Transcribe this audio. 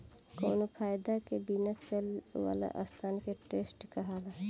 कावनो फायदा के बिना चले वाला संस्था के ट्रस्ट कहाला